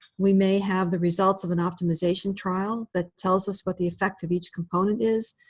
we may have the results of an optimization trial that tells us what the effect of each component is,